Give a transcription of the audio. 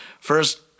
first